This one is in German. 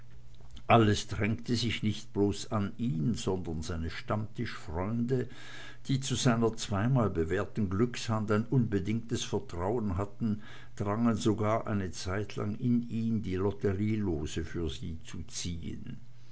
alles drängte sich nicht bloß an ihn sondern seine stammtischfreunde die zu seiner zweimal bewährten glückshand ein unbedingtes vertrauen hatten drangen sogar eine zeitlang in ihn die lotterielose für sie zu ziehen